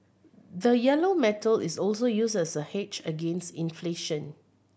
the yellow metal is also used as a hedge against inflation